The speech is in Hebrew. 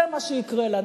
זה מה שיקרה לנו.